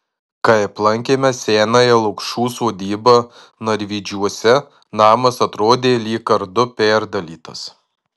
kai aplankėme senąją lukšų sodybą narvydžiuose namas atrodė lyg kardu perdalytas